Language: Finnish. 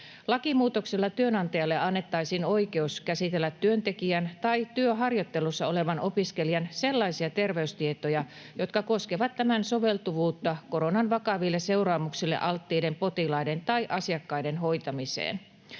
Lakimuutoksella työnantajalle annettaisiin oikeus käsitellä työntekijän tai työharjoittelussa olevan opiskelijan sellaisia terveystietoja, jotka koskevat tämän soveltuvuutta koronan vakaville seuraamuksille alttiiden potilaiden tai asiakkaiden hoitamiseen.